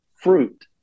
fruit